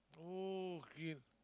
oh kay